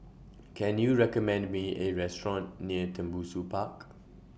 Can YOU recommend Me A Restaurant near Tembusu Park